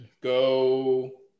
go –